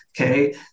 Okay